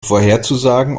vorherzusagen